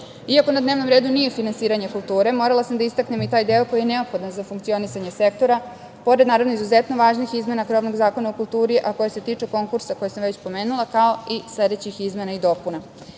na dnevnom redu nije finansiranje kulture, morala sam da istaknem i taj deo koji je neophodan za funkcionisanje sektora, pored naravno izuzetno važnih izmena krovnog Zakona o kulturi, a koji se tiče konkursa koji sam već pomenula, kao i sledećih izmena i dopuna. Izmena